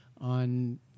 on